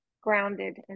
grounded